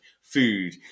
food